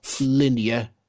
linear